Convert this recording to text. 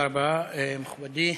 רבה, מכובדי.